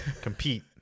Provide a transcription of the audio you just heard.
Compete